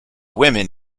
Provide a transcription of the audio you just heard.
women